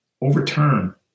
overturn